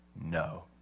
no